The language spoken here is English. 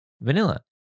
vanilla